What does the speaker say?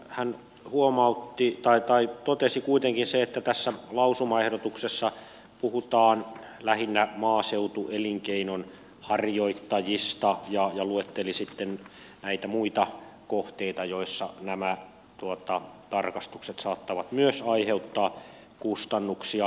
hän totesi kuitenkin sen että tässä lausumaehdotuksessa puhutaan lähinnä maaseutuelinkeinonharjoittajista ja luetteli sitten näitä muita kohteita joissa nämä tarkastukset saattavat myös aiheuttaa kustannuksia